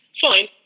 Fine